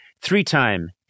three-time